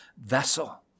vessel